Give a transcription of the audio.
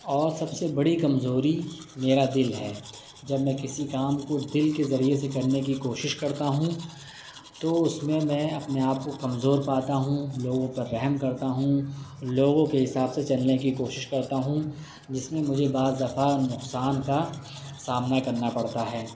اور سب سے بڑی کمزوری میرا دل ہے جب میں کسی کام کو دل کے ذریعے سے کرنے کی کوشش کرتا ہوں تو اس میں میں اپنے آپ کو کمزور پاتا ہوں لوگوں پر رحم کرتا ہوں لوگوں کے حساب سے چلنے کی کوشش کرتا ہوں جس میں مجھے بعض دفعہ نقصان کا سامنا کرنا پڑتا ہے